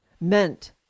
meant